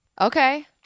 Okay